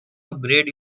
upgrade